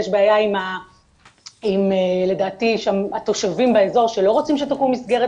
יש בעיה עם לדעתי שם התושבים באזור שלא רוצים שתקום מסגרת